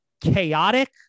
chaotic